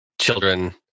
children